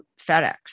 FedEx